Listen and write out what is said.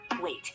Wait